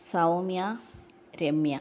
Soumya Ramya